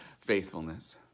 faithfulness